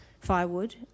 firewood